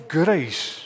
grace